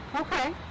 Okay